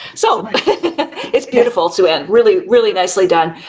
so it's beautiful to end. really, really nicely done.